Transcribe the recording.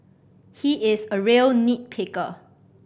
he is a real nit picker